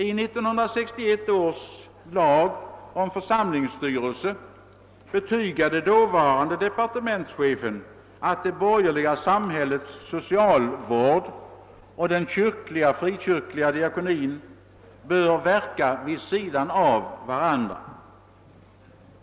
I 1961 års lag om församlingsstyrelse betygade dåvarande departementschefen att det borgerliga samhällets socialvård och den kyrkliga och frikyrkliga diakonin bör verka vid sidan av varandra.